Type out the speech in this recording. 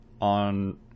on